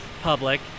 public